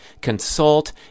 consult